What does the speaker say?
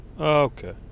Okay